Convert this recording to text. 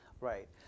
right